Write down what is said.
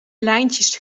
lijntjes